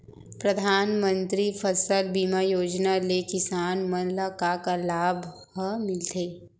परधानमंतरी फसल बीमा योजना ले किसान मन ला का का लाभ ह मिलथे?